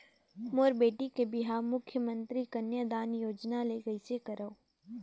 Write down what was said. मोर बेटी के बिहाव मुख्यमंतरी कन्यादान योजना ले कइसे करव?